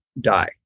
die